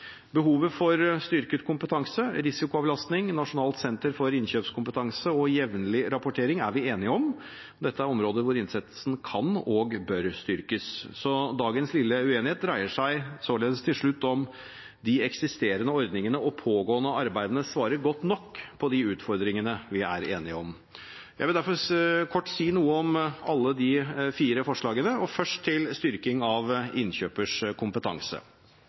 Behovet for styrket kompetanse, risikoavlastning, nasjonalt senter for innkjøpskompetanse og jevnlig rapportering er vi enige om. Dette er områder hvor innsatsen kan og bør styrkes. Dagens lille uenighet dreier seg således til slutt om de eksisterende ordningene og pågående arbeidene svarer godt nok på de utfordringene vi er enige om. Jeg vil derfor kort si noe om alle de fire forslagene. Først til styrking av innkjøpers kompetanse.